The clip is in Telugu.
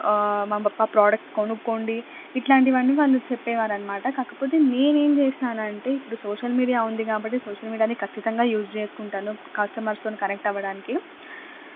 మా ప్రాడక్ట్స్ కొనుక్కోండి ఇట్లాంటివన్నీ వాళ్ళు చెప్పేవాఋ అనమాట కాకపోతే నేనేం చేశానంటే ఇప్పుడు సోషియల్ మీడియా ఉంది కాబట్టి సోషియల్ మీడియాని ఖచ్చితంగా యూస్ చేసుకుంటాను కస్టమర్స్తోని కనెక్ట్ అవ్వడానికి